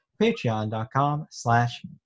patreon.com/slash